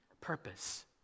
purpose